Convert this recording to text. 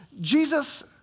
Jesus